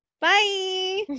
Bye